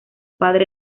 padre